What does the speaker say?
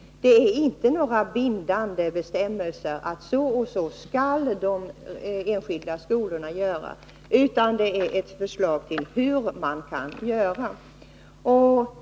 De är alltså inte några bindande bestämmelser om att så och så skall de enskilda skolorna göra, utan förslag om hur man kan göra.